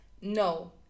No